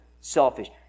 selfish